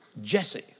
Jesse